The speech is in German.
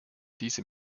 diese